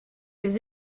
des